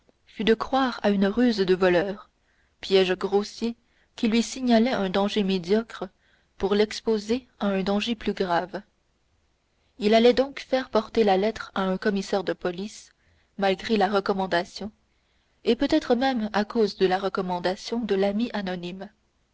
fut de croire à une ruse de voleurs piège grossier qui lui signalait un danger médiocre pour l'exposer à un danger plus grave il allait donc faire porter la lettre à un commissaire de police malgré la recommandation et peut-être même à cause de la recommandation de l'ami anonyme